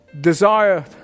desire